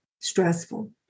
stressful